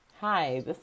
Hi